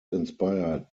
inspired